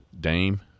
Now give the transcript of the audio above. Dame